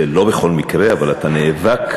ולא בכל מקרה, אבל אתה נאבק.